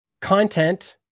content